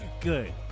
Good